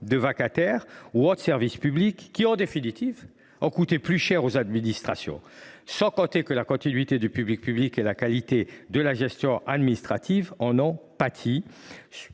des vacataires ou autres services civiques qui, en définitive, ont coûté plus cher aux administrations. Résultat : la continuité du service public et la qualité de la gestion administrative en ont pâti.